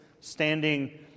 standing